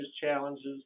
challenges